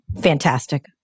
fantastic